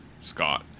Scott